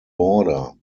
border